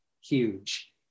huge